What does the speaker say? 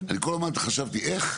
אני כל הזמן חשבתי איך,